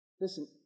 Listen